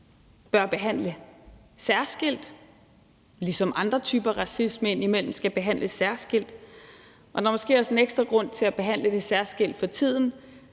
bør behandle særskilt, ligesom andre typer racisme indimellem skal behandles særskilt, og der er måske også en ekstra grund til at behandle det særskilt for tiden,